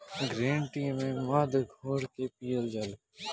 green tea में मध घोर के पियल जाला